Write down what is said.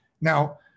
now